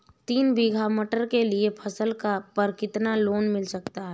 तीन बीघा मटर के लिए फसल पर कितना लोन मिल सकता है?